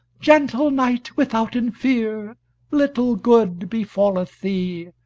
gentle knight withouten fear little good befalleth thee,